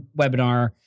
webinar